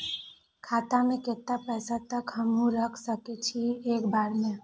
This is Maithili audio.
खाता में केतना पैसा तक हमू रख सकी छी एक बेर में?